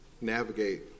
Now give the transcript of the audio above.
navigate